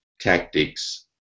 tactics